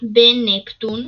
בן נפטון